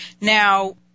Now